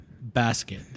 basket